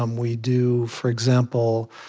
um we do, for example,